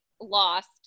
lost